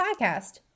Podcast